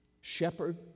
Shepherd